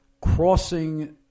crossing